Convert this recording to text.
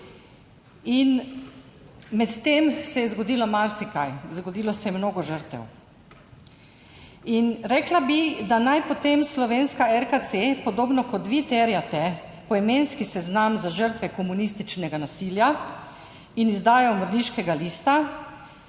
Medtem se je zgodilo marsikaj, zgodilo se je mnogo žrtev. Rekla bi, naj potem slovenska RKC, podobno kot vi terjate poimenski seznam za žrtve komunističnega nasilja in izdajo mrliškega lista,